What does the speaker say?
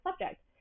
subject